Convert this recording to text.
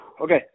Okay